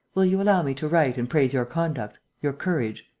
will you allow me to write and praise your conduct, your courage?